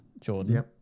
Jordan